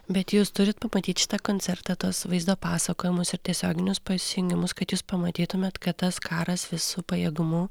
bet jūs turit pamatyt šitą koncertą tuos vaizdo pasakojimus ir tiesioginius pasijungimus kad jūs pamatytumėt kad tas karas visu pajėgumu